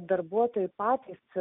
darbuotojai patys